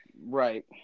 Right